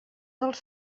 dels